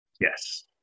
yes